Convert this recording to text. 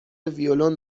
ویولن